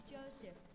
Joseph